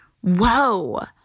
whoa